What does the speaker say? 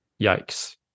Yikes